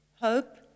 hope